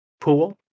pool